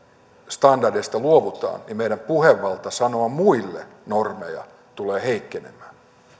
standardeista luovutaan niin meidän puhevaltamme sanoa muille normeja tulee heikkenemään